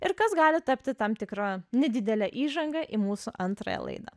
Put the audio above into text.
ir kas gali tapti tam tikra nedidele įžanga į mūsų antrąją laidą